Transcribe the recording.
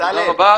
תודה רבה.